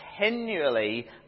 continually